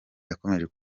yakomeje